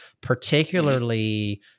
particularly